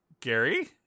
Gary